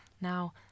Now